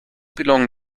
belonged